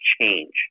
change